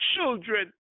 children